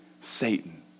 Satan